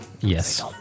Yes